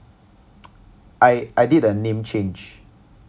I I did a name change